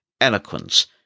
Eloquence